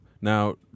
now